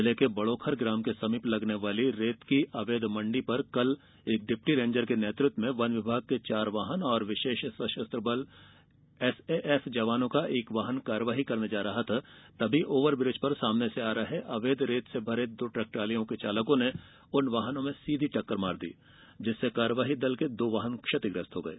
जिले के बडोखर ग्राम के समीप लगने वाली रेत की अवैध मंडी पर कल एक डिप्टी रेंजर के नेतृत्व में वन विभाग के चार वाहन और विशेष सशस्त्र बल एसएएफ जवानों का एक वाहन कार्रवाई करने जा रहा था तभी ओवर ब्रिज पर सामने से आ रहे अवैध रेत से भरे दो ट्रेक्टर ट्रालियों के चालकों ने उन वाहनों में सीधी टक्कर मार दी जिससे कार्रवाही दल के दो वाहन क्षतिग्रस्त हो गये